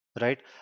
right